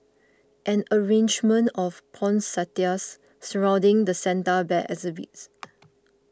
an arrangement of poinsettias surrounding the Santa Bear exhibit